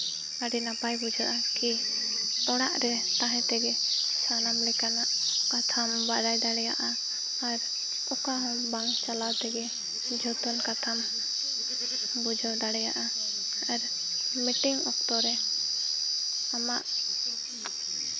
ᱟᱹᱰᱤ ᱱᱟᱯᱟᱭ ᱵᱩᱡᱷᱟᱹᱜᱼᱟ ᱠᱤ ᱚᱲᱟᱜ ᱨᱮ ᱛᱟᱦᱮᱸ ᱛᱮᱜᱮ ᱥᱟᱱᱟᱢ ᱞᱮᱠᱟᱱᱟᱜ ᱠᱟᱛᱷᱟᱢ ᱵᱟᱲᱟᱭ ᱫᱟᱲᱮᱭᱟᱜᱼᱟ ᱟᱨ ᱚᱠᱟ ᱦᱚᱸ ᱵᱟᱝ ᱪᱟᱞᱟᱣ ᱛᱮᱜᱮ ᱡᱷᱚᱛᱚ ᱠᱟᱛᱷᱟᱢ ᱵᱩᱡᱷᱟᱹᱣ ᱫᱟᱲᱮᱭᱟᱜᱼᱟ ᱟᱨ ᱢᱤᱴᱤᱝ ᱚᱠᱛᱚ ᱨᱮ ᱟᱢᱟᱜ